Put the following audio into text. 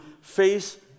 face